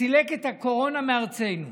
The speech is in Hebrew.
סילק את הקורונה מארצנו.